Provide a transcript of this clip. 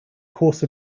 course